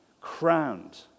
crowned